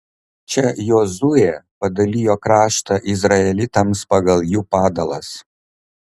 čia jozuė padalijo kraštą izraelitams pagal jų padalas